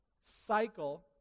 cycle